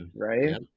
right